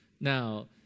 Now